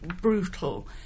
brutal